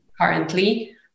currently